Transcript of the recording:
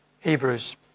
Hebrews